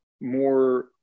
more